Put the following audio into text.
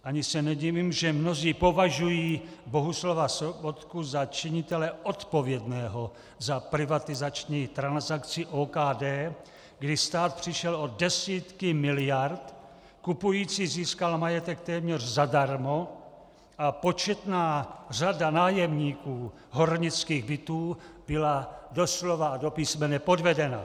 Ani se nedivím, že mnozí považují Bohuslava Sobotku za činitele odpovědného za privatizační transakci OKD, kdy stát přišel o desítky miliard, kupující získal majetek téměř zadarmo a početná řada nájemníků hornických bytů byla doslova a do písmene podvedena.